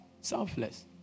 Selfless